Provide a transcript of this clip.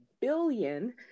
billion